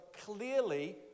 clearly